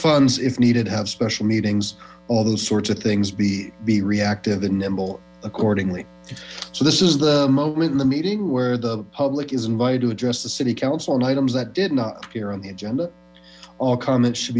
funds if needed have special meetings all those sorts of things be be reactive and nimble accordingly so this is the moment in the meeting where the public is invited to address the city council on items that did not appear on the agenda all comments should